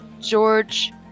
George